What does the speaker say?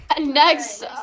next